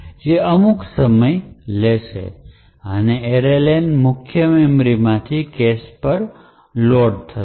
તે અમુક જે સમય લેશે અને array len મુખ્ય મેમરી માંથી કેશ પર લોડ થશે